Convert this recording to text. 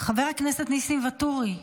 חבר הכנסת ניסים ואטורי,